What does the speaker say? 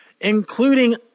including